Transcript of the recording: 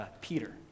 Peter